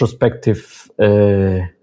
retrospective